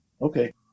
Okay